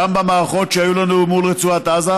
גם במערכות שהיו לנו מול רצועת עזה,